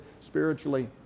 spiritually